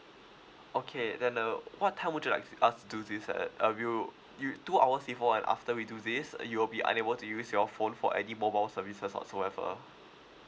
okay then uh what time would you like t~ us t~ do this uh uh we'll you two hours before and after we do this uh you'll be unable to use your phone for any mobile services whatsoever